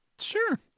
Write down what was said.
sure